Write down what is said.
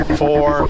four